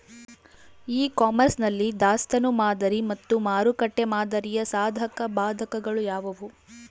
E commerce ನಲ್ಲಿ ದಾಸ್ತನು ಮಾದರಿ ಮತ್ತು ಮಾರುಕಟ್ಟೆ ಮಾದರಿಯ ಸಾಧಕಬಾಧಕಗಳು ಯಾವುವು?